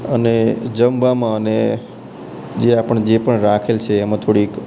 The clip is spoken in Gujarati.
અને જમવામાં અને જે આપણે જે પણ રાખેલ છે એમાં થોડીક